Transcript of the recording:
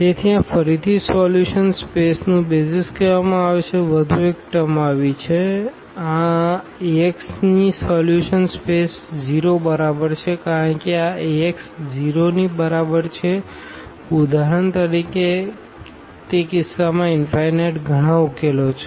તેથી આને ફરીથી સોલ્યુશન સ્પેસનું BASIS કહેવામાં આવે છે વધુ એક ટર્મ આવી છે આ Axની સોલ્યુશન સ્પેસ 0 બરાબર છે કારણ કે આ Ax 0 ની બરાબર છે ઉદાહરણ તરીકે તે કિસ્સામાં ઇનફાઈનાઈટ ઘણા ઉકેલો છે